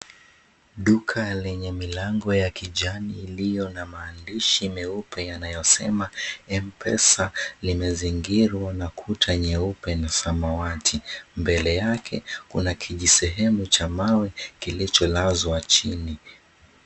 Duka lenye milango na kijani ilio na maandishi meupe yanayosema, Mpesa, limezingirwa na kuta nyeupe na samawati. Mbele yake kuna kijisehemu cha mawe kilicholazwa chini.